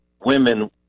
women